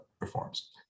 reforms